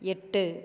எட்டு